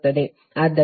ಆದ್ದರಿಂದ ಇದು 7